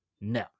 No